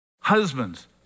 Husbands